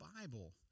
Bible